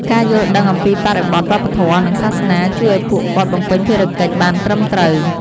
ការយល់ដឹងអំពីបរិបទវប្បធម៌ និងសាសនា ជួយឱ្យពួកគាត់បំពេញភារកិច្ចបានត្រឹមត្រូវ។